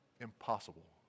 impossible